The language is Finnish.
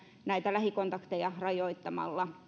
lähikontakteja rajoittamalla